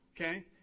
okay